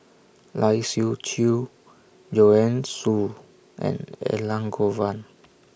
Lai Siu Chiu Joanne Soo and Elangovan